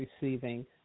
receiving